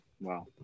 Wow